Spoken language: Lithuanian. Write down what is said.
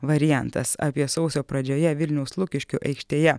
variantas apie sausio pradžioje vilniaus lukiškių aikštėje